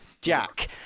Jack